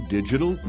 Digital